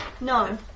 No